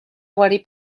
guarir